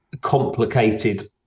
complicated